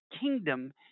kingdom